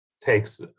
takes